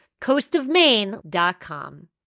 coastofmaine.com